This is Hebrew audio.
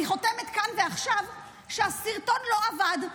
אני חותמת כאן ועכשיו שהסרטון לא עבד,